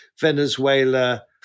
Venezuela